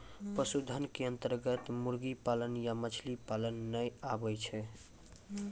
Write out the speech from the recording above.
पशुधन के अन्तर्गत मुर्गी पालन या मछली पालन नाय आबै छै